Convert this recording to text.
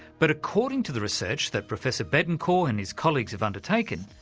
but according to the research that professor bettencourt and his colleagues have undertaken,